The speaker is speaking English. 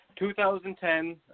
2010